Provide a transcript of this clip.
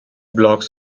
blocks